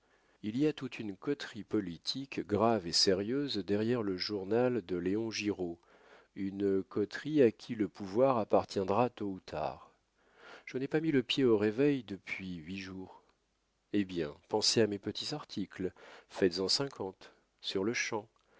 il y a toute une coterie politique grave et sérieuse derrière le journal de léon giraud une coterie à qui le pouvoir appartiendra tôt ou tard je n'ai pas mis le pied au réveil depuis huit jours eh bien pensez à mes petits articles faites-en cinquante sur-le-champ